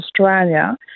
Australia